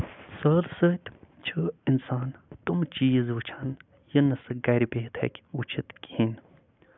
سٲلۍ سۭتۍ چھُ اِنسان تٔمۍ چیٖز وُچھان یہِ نہٕ سُہ گرِ بِہِتھ ہٮ۪کہِ وُچھِتھ